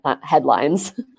headlines